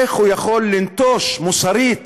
איך הוא יכול לנטוש מוסרית